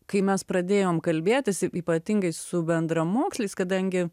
kai mes pradėjom kalbėtis ypatingai su bendramoksliais kadangi